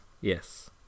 yes